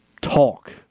talk